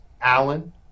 Allen